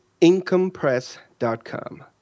IncomePress.com